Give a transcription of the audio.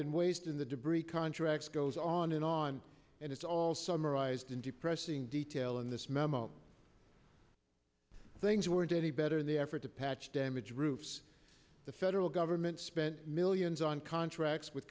and waste in the debris contracts goes on and on and it's all summarized in depressing detail in this memo things weren't any better in the effort to patch damage roofs the federal government spent millions on contracts with